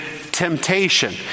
temptation